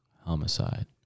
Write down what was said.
homicide